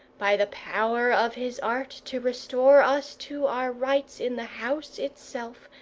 by the power of his art, to restore us to our rights in the house itself,